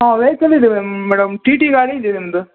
ಹಾಂ ವೈಕಲ್ ಇದೆ madam T T ಗಾಡಿ ಇದೆ ನಿಮ್ದು